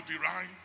derive